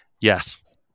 Yes